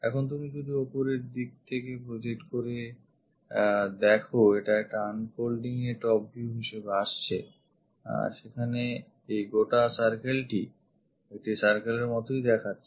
এখন তুমি যদি ওপরের দিক থেকে project এর দিকে দেখো এটা একটা unfolding এ top view হিসেবে আসছে সেখানে এই গোটা circleটি একটি circle এর মতোই দেখাচ্ছে